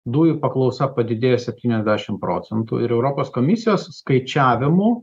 dujų paklausa padidėjo septyniasdešim procentų ir europos komisijos skaičiavimu